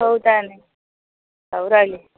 ହଉ ତା'ହେଲେ ହଉ ରହିଲି